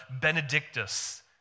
Benedictus